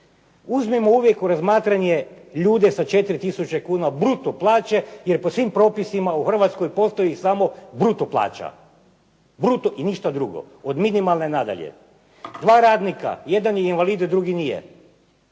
Uzmimo uvijek u razmatranje ljude sa 4 tisuće kuna bruto plaće jer po svim propisima u Hrvatskoj postoji samo bruto plaća, bruto i ništa drugo od minimalne nadalje. Dva radnika, jedan je invalid a drugi nije.